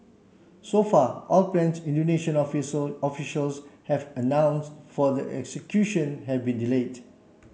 so far all plans Indonesian officials have announce for the execution have been delayed